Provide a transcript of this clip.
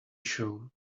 show